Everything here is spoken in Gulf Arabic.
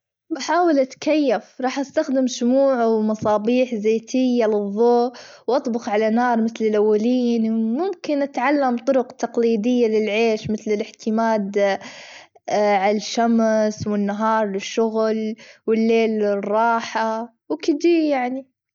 بحاول أتكيف راح أستخدم شموع، ومصابيح زيتية لظو واطبخ على نار متل الأولين ممكن أتعلم طرق تقليدية للعيش متل الاحتماد على الشمس، والنهار لشغل، والليل لراحة وكدي يعني.